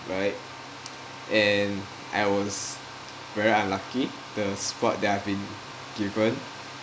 right and I was very unlucky the spot that I've been given